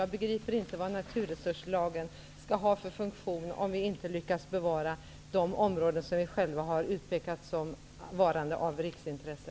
Jag begriper inte vad naturresurslagen skall ha för funktion om vi inte lyckas bevara de områden som vi själva har utpekat såsom varande av riksintresse.